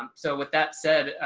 um so with that said,